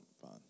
fine